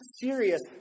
serious